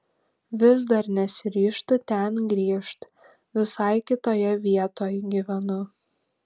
vis dar nesiryžtu ten grįžt visai kitoje vietoj gyvenu